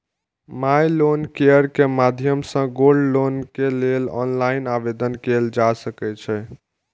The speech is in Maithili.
माइ लोन केयर के माध्यम सं गोल्ड लोन के लेल ऑनलाइन आवेदन कैल जा सकै छै